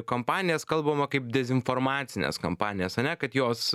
kampanijas kalbama kaip dezinformacines kampanijas ane kad jos